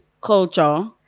culture